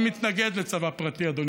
אני מתנגד לצבא פרטי, אדוני.